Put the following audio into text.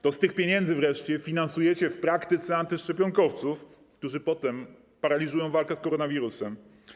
To z tych pieniędzy wreszcie finansujecie w praktyce antyszczepionkowców, którzy potem paraliżują walkę z koronawirusem.